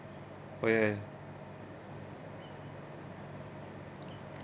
oh yeah